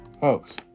folks